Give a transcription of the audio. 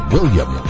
William